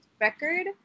record